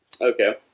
Okay